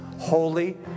Holy